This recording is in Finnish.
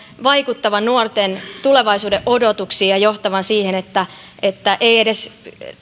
vaikuttavan nuorten tulevaisuuden odotuksiin ja johtavan siihen että että ei edes